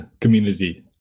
community